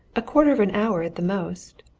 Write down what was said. a quarter of an hour at the most.